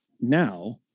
now